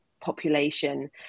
population